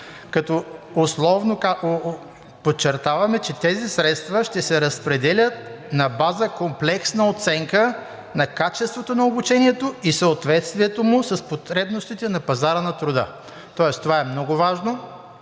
до 2030 г. Подчертаваме, че тези средства ще се разпределят на база комплексна оценка на качеството на обучението и съответствието му с потребностите на пазара на труда, тоест това е много важно